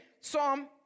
Psalm